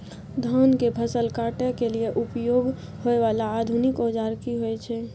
धान के फसल काटय के लिए उपयोग होय वाला आधुनिक औजार की होय छै?